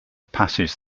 passes